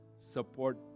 support